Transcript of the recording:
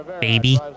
baby